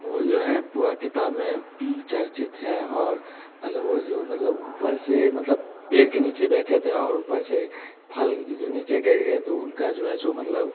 वह जो हैं पूरा किताब में चर्चित है और मतलब वह जो मतलब ऊपर से मतलब पेड़ के नीचे बैठे थे और ऊपर से फल जो नीचे गिर गए तो उनका जो है सो मतलब